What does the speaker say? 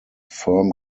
firm